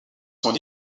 sont